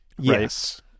Yes